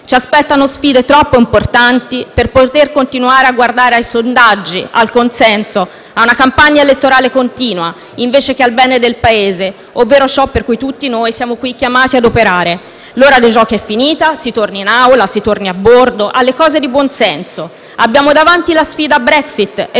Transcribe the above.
Ci aspettano sfide troppo importanti per poter continuare a guardare ai sondaggi, al consenso, ad una campagna elettorale continua, invece che al bene del Paese, ovvero ciò per cui tutti noi siamo chiamati qui ad operare. L'ora dei giochi è finita; si torni in Aula, si torni a bordo, alle cose di buonsenso. Abbiamo davanti la sfida Brexit